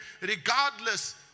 regardless